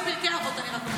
בפרקי אבות, אני רק אומרת.